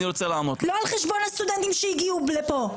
לא על חשבון הסטודנטים שהגיעו לפה.